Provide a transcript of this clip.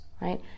right